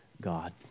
God